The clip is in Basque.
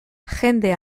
jende